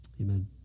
Amen